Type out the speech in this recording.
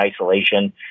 isolation